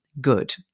good